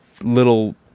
little